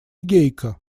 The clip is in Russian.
гейка